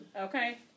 Okay